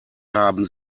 haben